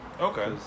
Okay